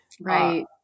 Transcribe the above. right